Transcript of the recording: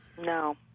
no